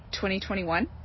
2021